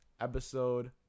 episode